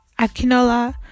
Akinola